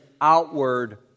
outward